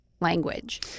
language